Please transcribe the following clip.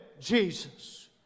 Jesus